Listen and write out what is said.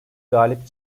galip